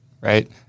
Right